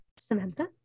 Samantha